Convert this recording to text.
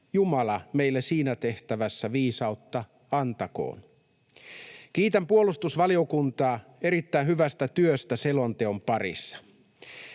Jumala meille siinä tehtävässä viisautta antakoon. Kiitän puolustusvaliokuntaa erittäin hyvästä työstä selonteon parissa.